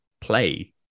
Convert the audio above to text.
play